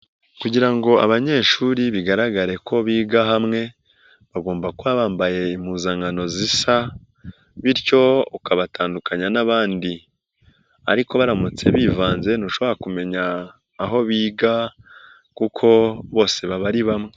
Kugira ngo abanyeshuri bigaragare ko biga hamwe, bagomba kuba bambaye impuzankano zisa bityo ukabatandukanya n'abandi ariko baramutse bivanze, ntushobora kumenya aho biga kuko bose baba ari bamwe.